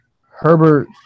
Herbert